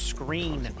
Screen